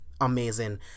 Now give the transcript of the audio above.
amazing